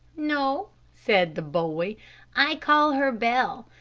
no, said the boy i call her bell,